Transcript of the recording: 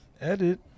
Edit